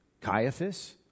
Caiaphas